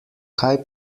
kaj